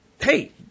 Hey